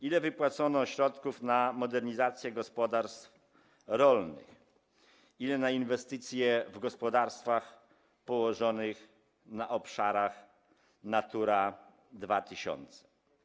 Ile wypłacono środków na modernizację gospodarstw rolnych, ile na inwestycje w gospodarstwach położonych na obszarach Natura 2000?